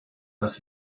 das